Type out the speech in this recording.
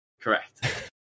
Correct